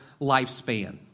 lifespan